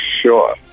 Sure